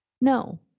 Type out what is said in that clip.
No